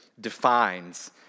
defines